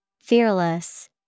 Fearless